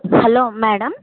hello madam